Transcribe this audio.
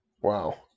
Wow